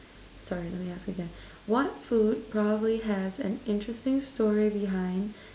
sorry let me ask again what food probably has an interesting story behind